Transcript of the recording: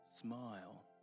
smile